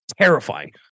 terrifying